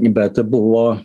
bet buvo